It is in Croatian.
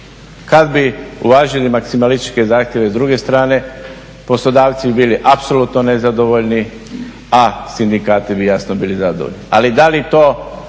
Kada bi uvažili maksimalističke zahtjeve sa druge strane poslodavci bi bili apsolutno nezadovoljni a sindikati bi jasno bili zadovoljni. A da li to